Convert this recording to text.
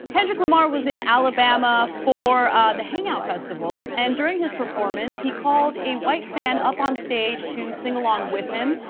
kendrick lamar was in alabama for the hang out festival and during his performance he called a white fan up on stage to sing along with him.